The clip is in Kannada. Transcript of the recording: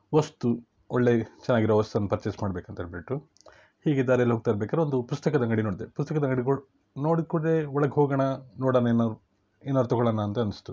ವಸ್ತು ಒಳ್ಳೆ ಚೆನ್ನಾಗಿರೋ ವಸ್ತುನ ಪರ್ಚೆಸ್ ಮಾಡ್ಬೇಕು ಅಂತ ಹೇಳಿಬಿಟ್ಟು ಹೀಗೇ ದಾರೀಲಿ ಹೋಗ್ತಾ ಇರ್ಬೇಕಾರೆ ಒಂದು ಪುಸ್ತಕದ ಅಂಗಡಿ ನೋಡಿದೆ ಪುಸ್ತಕದ ಅಂಗಡಿ ನೋಡಿ ನೋಡಿದ ಕೂಡಲೇ ಒಳಗೆ ಹೋಗೋಣ ನೋಡಣ್ ಏನಾರು ಏನಾರು ತಗೊಳೋಣ ಅಂತ ಅನಿಸ್ತು